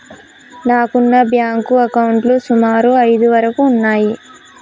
నాకున్న బ్యేంకు అకౌంట్లు సుమారు ఐదు వరకు ఉన్నయ్యి